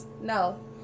No